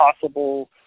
possible